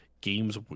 games